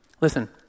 Listen